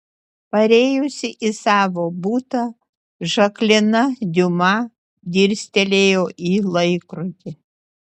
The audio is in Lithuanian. parėjusi į savo butą žaklina diuma dirstelėjo į laikrodį